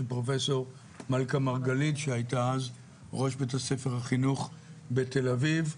פרופסור מלכה מרגלית שהייתה אז ראש בית ספר החינוך בתל אביב.